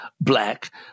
black